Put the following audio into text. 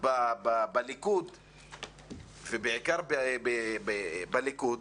בעיקר בליכוד,